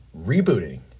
rebooting